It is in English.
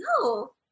No